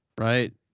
right